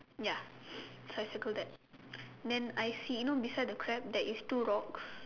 ya so I circle that then I see beside the crab there is two rocks